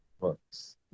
books